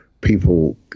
People